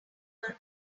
join